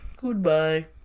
goodbye